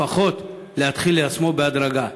לפחות להתחיל ליישמו בהדרגה.